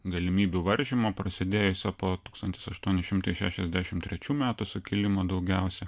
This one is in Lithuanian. galimybių varžymo prasidėjusio po tūkstantis aštuoni šimtai šešiasdešimt trečių metų sukilimo daugiausia